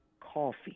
coffee